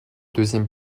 deuxième